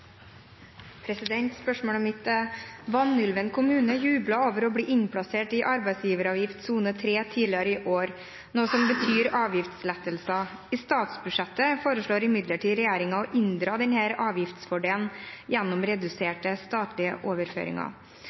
Spørsmålet mitt er: «Vanylven kommune jublet over å bli innplassert i arbeidsgiveravgift sone 3 tidligere i år, noe som betyr avgiftslettelser. I statsbudsjettet foreslår imidlertid regjeringen å inndra denne avgiftsfordelen gjennom reduserte statlige overføringer.